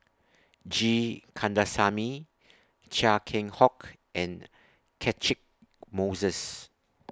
G Kandasamy Chia Keng Hock and Catchick Moses